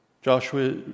Joshua